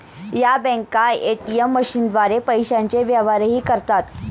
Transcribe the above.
या बँका ए.टी.एम मशीनद्वारे पैशांचे व्यवहारही करतात